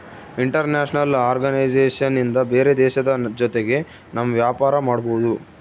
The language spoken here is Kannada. ಇಂಟರ್ನ್ಯಾಷನಲ್ ಆರ್ಗನೈಸೇಷನ್ ಇಂದ ಬೇರೆ ದೇಶದ ಜೊತೆಗೆ ನಮ್ ವ್ಯಾಪಾರ ಮಾಡ್ಬೋದು